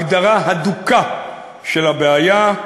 הגדרה הדוקה של הבעיה,